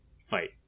fight